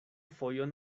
fojon